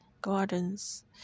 gardens